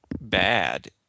bad